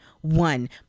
one